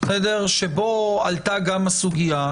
שבו עלתה גם הסוגיה,